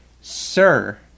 Sir